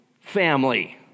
family